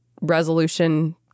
resolution